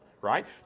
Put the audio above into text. right